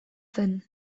zen